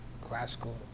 classical